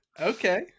Okay